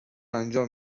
انجام